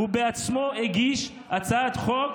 הוא בעצמו הגיש הצעת חוק